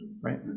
Right